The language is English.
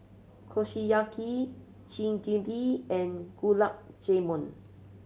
Kushiyaki Chigenabe and Gulab Jamun